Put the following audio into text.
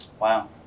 Wow